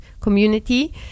community